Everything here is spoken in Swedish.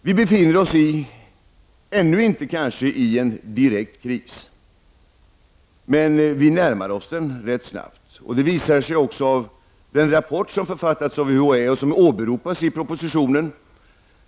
Vi befinner oss kanske inte ännu i någon direkt kris, men vi närmar oss en sådan rätt snabbt. Det visar sig också i den rapport som har författats av UHÄ och som åberopas i propositionen.